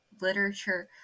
literature